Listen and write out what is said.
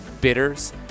bitters